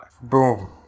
Boom